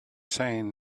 saying